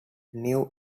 new